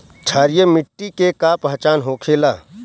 क्षारीय मिट्टी के का पहचान होखेला?